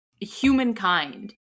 humankind